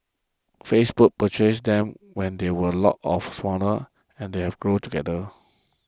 Facebook purchased them when they were a lot of smaller and they have grown together